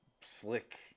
slick